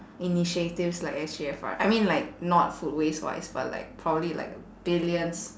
initiatives like S_G_F right I mean like not food waste wise but like probably like billions